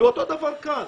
אותו דבר כאן.